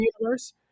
universe